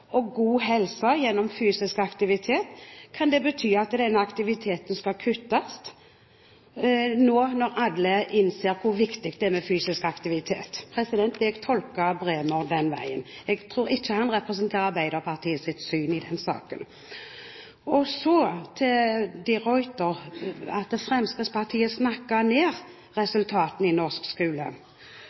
og god helse gjennom fysisk aktivitet? Kan det bety at denne aktiviteten skal kuttes nå, når alle innser hvor viktig det er med fysisk aktivitet? Jeg tolker Bremer den veien. Jeg tror ikke han representerer Arbeiderpartiets syn i den saken. Så til de Ruiter om det at Fremskrittspartiet snakker ned resultatene i norsk skole: